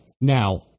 Now